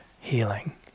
healing